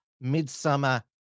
Midsummer